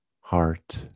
heart